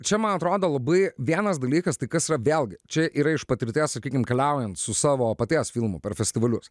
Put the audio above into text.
čia man atrodo labai vienas dalykas tai kas yra vėlgi čia yra iš patirties sakykim keliaujant su savo paties filmu per festivalius